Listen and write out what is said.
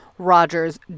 Roger's